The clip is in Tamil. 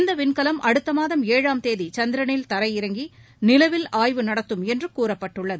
இந்த விண்கலம் அடுத்த மாதம் ஏழாம் தேதி சந்திரளில் தரையிறங்கி நிலவில் ஆய்வு நடத்தும் என்று கூறப்பட்டுள்ளது